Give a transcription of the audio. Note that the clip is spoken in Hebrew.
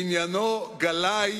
עניינו גלאי